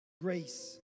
grace